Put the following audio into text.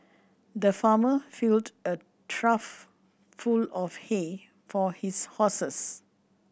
the farmer filled a trough full of hay for his horses